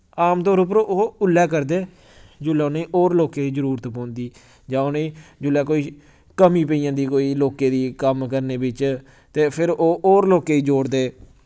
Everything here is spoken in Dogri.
आमतौर उप्पर ओह् उल्लै करदे जुल्लै उ'नेगी होर लोकें दी जरूरत पौंदी जां उ'नेंई जुल्लै कोई कमी पेई जन्दी कोई लोकें दी कम्म करने बिच्च ते फिर ओह् होर लोकें ई जोड़दे